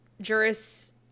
Juris